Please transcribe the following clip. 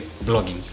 blogging